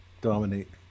Dominate